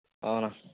అవునా